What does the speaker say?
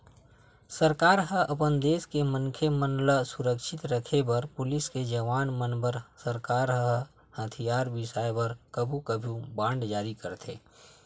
सरकार ह अपन देस के मनखे मन ल सुरक्छित रखे बर पुलिस के जवान मन बर सरकार ह हथियार बिसाय बर कभू कभू बांड जारी करथे